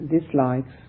dislikes